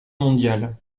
mondiale